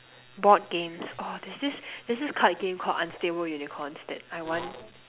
board games oh there's this there's this card game called unstable unicorns that I want